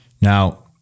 Now